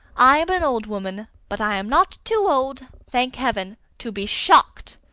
i am an old woman, but i am not too old, thank heaven, to be shocked!